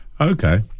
Okay